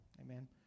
Amen